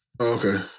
Okay